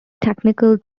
technical